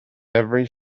every